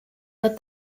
let